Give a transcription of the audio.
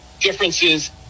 differences